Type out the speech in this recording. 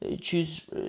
choose